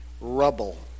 rubble